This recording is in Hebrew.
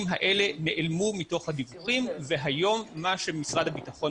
האלה נעלמו מתוך הדיווחים והיום מה שמשרד הביטחון